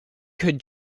could